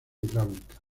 hidráulica